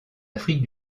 afrique